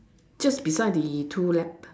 just beside the two lap